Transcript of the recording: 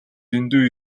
дэндүү